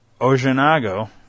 Ojinago